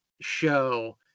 show